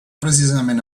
precisament